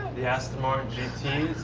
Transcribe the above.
the aston martin gt